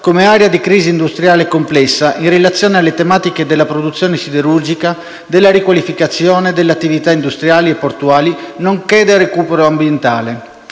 come area di crisi industriale complessa, in relazione alle tematiche della produzione siderurgica, della riqualificazione delle attività industriali e portuali, nonché del recupero ambientale.